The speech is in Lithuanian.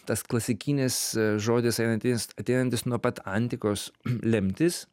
tas klasikinis žodis einantis ateinantis nuo pat antikos lemtis